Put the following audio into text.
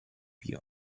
pio